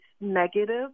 negative